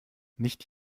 nicht